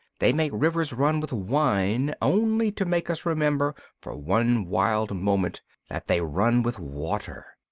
they make rivers run with wine only to make us remember, for one wild moment, that they run with water.